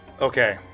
Okay